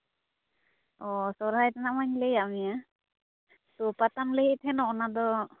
ᱚ ᱥᱚᱨᱦᱟᱭ ᱨᱮᱱᱟᱜ ᱢᱟᱧ ᱞᱟᱹᱭᱟᱫ ᱢᱮᱭᱟ ᱛᱚ ᱯᱟᱛᱟᱢ ᱞᱟᱹᱭᱮᱫ ᱛᱟᱦᱮᱱ ᱚᱱᱟ ᱫᱚ